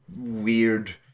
weird